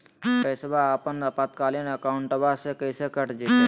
पैस्वा अपने आपातकालीन अकाउंटबा से कट जयते?